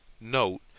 note